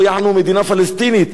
כדי שהעונש של היהודים,